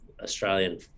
Australian